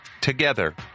together